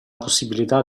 possibilità